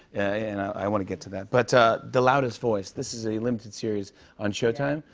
and i want to get to that. but the loudest voice. this is a limited series on showtime.